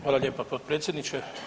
Hvala lijepa potpredsjedniče.